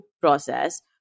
process